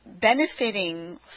benefiting